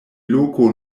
loko